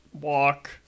walk